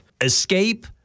escape